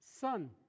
son